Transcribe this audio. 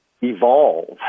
evolve